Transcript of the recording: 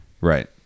Right